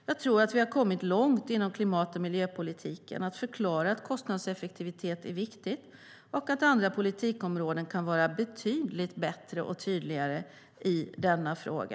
Jag tror att vi har kommit långt inom klimat och miljöpolitiken vad gäller att förklara att kostnadseffektivitet är viktigt och att andra politikområden kan vara betydligt bättre och tydligare i denna fråga.